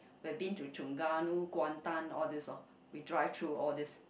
we have been to Terengganu Kuantan all these lor we drive through all these